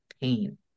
pain